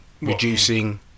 reducing